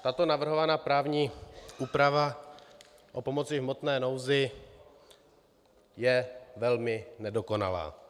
Tato navrhovaná právní úprava o pomoci v hmotné nouzi je velmi nedokonalá.